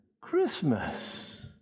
Christmas